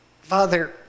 Father